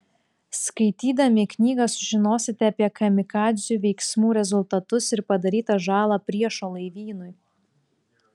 skaitydami knygą sužinosite apie kamikadzių veiksmų rezultatus ir padarytą žalą priešo laivynui